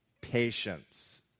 patience